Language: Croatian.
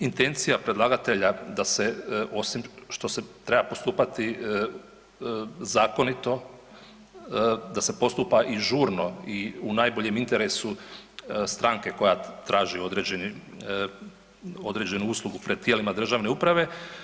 Intencija predlagatelj da se osim što se treba postupati zakonito da se postupa i žurno i u najboljem interesu stranke koja traži određeni, određenu uslugu pred tijelima državne uprave.